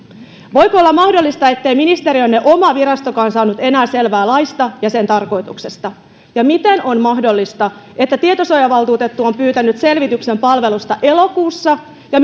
voiko olla mahdollista ettei ministeriönne oma virastokaan saanut enää selvää laista ja sen tarkoituksesta ja miten on mahdollista että tietosuojavaltuutettu on pyytänyt selvityksen palvelusta elokuussa ja